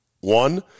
One